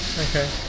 Okay